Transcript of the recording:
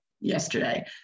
yesterday